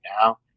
now